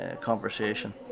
conversation